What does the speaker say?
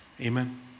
Amen